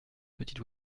petite